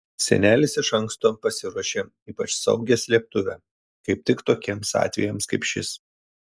senelis iš anksto pasiruošė ypač saugią slėptuvę kaip tik tokiems atvejams kaip šis